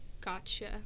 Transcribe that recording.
Gotcha